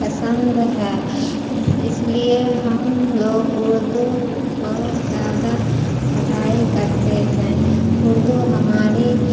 پسند ہے اس لیے ہم لوگ اردو بہت زیادہ پڑھائی کرتے ہیں اردو ہماری